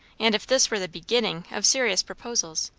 and if this were the beginning of serious proposals,